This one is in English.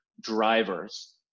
drivers